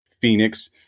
Phoenix